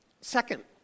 Second